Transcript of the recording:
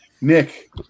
Nick